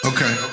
Okay